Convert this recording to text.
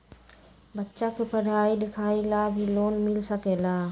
बच्चा के पढ़ाई लिखाई ला भी लोन मिल सकेला?